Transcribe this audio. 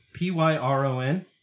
Pyron